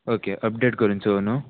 okay update करून चोव न्हू